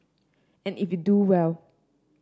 and if you do well